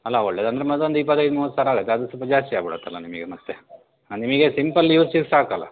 ಅಲ್ಲಾ ಒಳ್ಳೇದಂದರೆ ಮತ್ತೊಂದು ಇಪ್ಪತ್ತೈದು ಮೂವತ್ತು ಸಾವಿರ ಆಗುತ್ತೆ ಅದು ಸ್ವಲ್ಪ ಜಾಸ್ತಿ ಆಗಿಬಿಡುತ್ತಲ್ಲ ನಿಮಗೆ ಮತ್ತು ಅಂದರೆ ಈಗ ಸಿಂಪಲ್ ಯೂಸಿಗೆ ಸಾಕಲ್ಲ